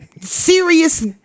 serious